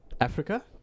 Africa